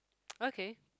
okay